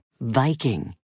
Viking